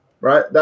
right